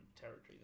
territory